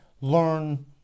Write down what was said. learn